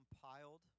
compiled